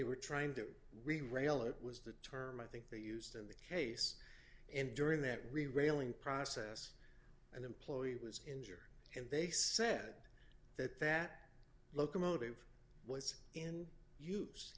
were trying to read rail it was the term i think they used in the case and during that re railing process an employee was in and they said that that locomotive was in use